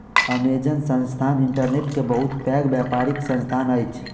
Amazon संस्थान internet के बहुत पैघ व्यापारिक संस्थान अछि